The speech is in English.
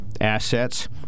assets